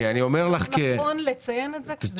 לא נכון לציין את זה כי זה לא נכון.